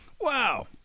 Wow